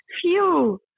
Phew